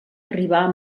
arribar